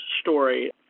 story